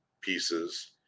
pieces